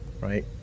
right